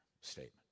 statement